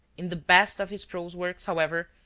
in the best of his prose works, however,